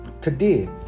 Today